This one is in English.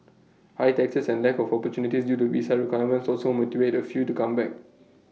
high taxes and lack of opportunities due to visa requirements also motivate A few to come back